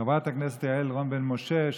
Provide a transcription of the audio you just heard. חברת הכנסת יעל רון בן משה,